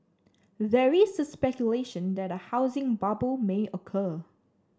there is speculation that a housing bubble may occur